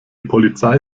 polizei